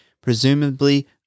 presumably